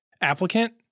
applicant